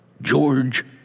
George